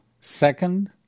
Second